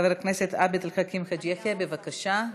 חבר הכנסת עבד אל חכים חאג' יחיא, בבקשה.